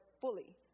fully